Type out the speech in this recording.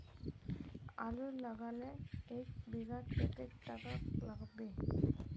आलूर लगाले एक बिघात कतेक टका लागबे?